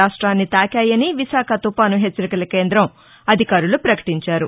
రాష్టాన్ని తాకాయని విశాఖ తుపాను హెచ్చరికల కేందం అధికారులు పకటించారు